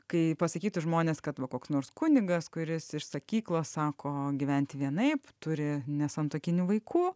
kai pasakytų žmonės kad va koks nors kunigas kuris iš sakyklos sako gyventi vienaip turi nesantuokinių vaikų